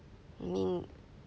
you mean